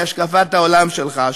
היא השקפת העולם שלך.